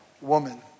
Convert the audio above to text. Woman